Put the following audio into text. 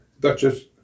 Duchess